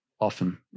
often